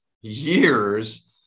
years